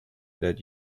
that